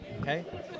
okay